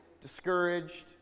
discouraged